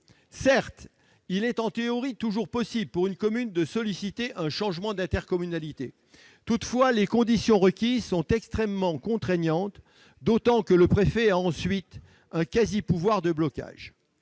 Certes, en théorie, une commune peut toujours solliciter un changement d'intercommunalité. Toutefois, les conditions requises sont extrêmement contraignantes, d'autant que le préfet possède ensuite un quasi-pouvoir de blocage.